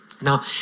Now